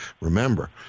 remember